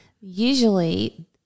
usually